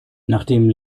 nachdem